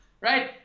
right